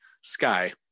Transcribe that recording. sky